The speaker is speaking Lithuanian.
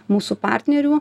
mūsų partnerių